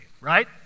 right